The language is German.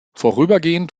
vorübergehend